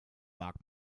mag